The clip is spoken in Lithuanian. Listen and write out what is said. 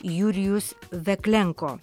jurijus veklenko